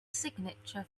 signature